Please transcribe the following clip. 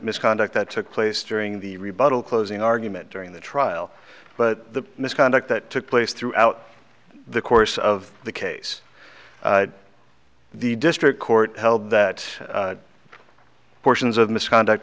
misconduct that took place during the rebuttal closing argument during the trial but the misconduct that took place throughout the course of the case the district court held that portions of misconduct